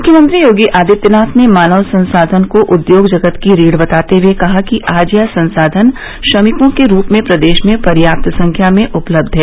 मुख्यमंत्री योगी आदित्यनाथ ने मानव संसाधन को उद्योग जगत की रीढ़ बताते हुए कहा कि आज यह संसाधन श्रमिकों के रूप में प्रदेश में पर्याप्त संख्या में उपलब्ध है